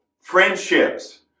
friendships